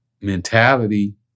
mentality